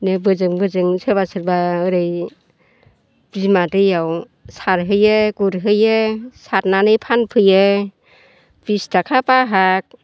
बोजों बोजों सोरबा सोरबा ओरै बिमा दैआव सारहैयो गुरहैयो सारनानै फानफैयो बिस थाखा बाहाग